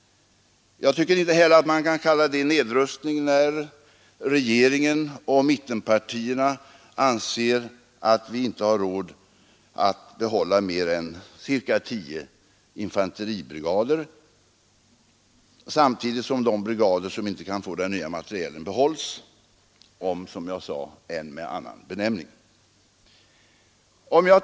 Jag tycker inte heller att man kan kalla det nedrustning när regeringen och mittenpartierna anser att vi inte har råd att behålla mer än ca 10 infanteribrigader, samtidigt som de brigader som inte kan få den nya materielen behålls om än med annan benämning.